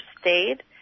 stayed